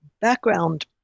background